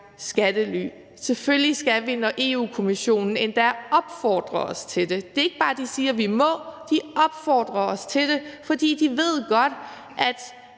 skattely. Selvfølgelig skal vi gøre noget her, når Europa-Kommissionen endda opfordrer os til det – det er ikke bare, at de siger, at vi må, men de opfordrer os til det – fordi de godt ved, at